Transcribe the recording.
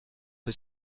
que